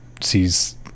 sees